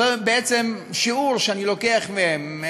זה בעצם שיעור שאני לוקח מהם,